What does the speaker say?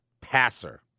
passer